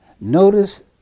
Notice